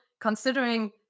considering